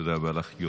תודה רבה לך.